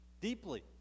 deeply